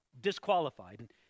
Disqualified